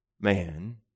man